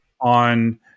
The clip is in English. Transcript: on